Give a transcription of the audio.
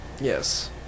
Yes